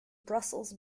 brussels